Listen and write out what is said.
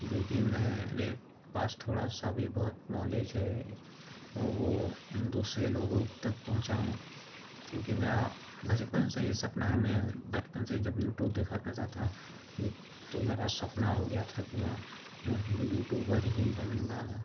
जो भी मैं मेरे पास थोड़ा सा भी बहुत नॉलेज है वह दूसरे लोगों तक पहुँचाऊँ क्योंकि मेरा बचपन से ही सपना है मैं बचपन से ही जब यूटूब देखा करता था तो मेरा सपना हो गया था कि मैं यूटूबर ही बनूँगा